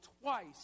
twice